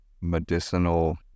medicinal